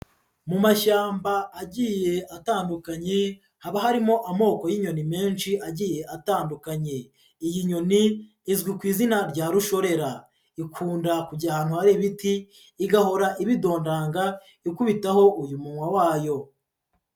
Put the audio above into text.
Mu mashyamba agiye atandukanye, haba harimo amoko y'inyoni menshi agiye atandukanye. Iyi nyoni izwi ku izina rya rushorera, ikunda kujya ahantu hari ibiti, igahora ibidondanga, ikubitaho uyu munwa wayo.